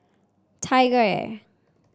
TigerAir